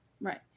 right